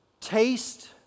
Taste